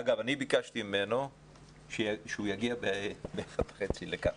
אגב, אני ביקשתי ממנו שיגיע ב-13:30 לכאן.